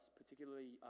particularly